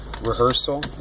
rehearsal